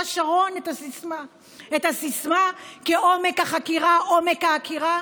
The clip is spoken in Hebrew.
שרון את הסיסמה "כעומק החקירה עומק העקירה"?